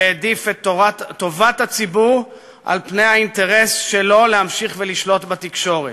והעדיף את טובת הציבור על פני האינטרס שלו להמשיך לשלוט בתקשורת.